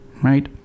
right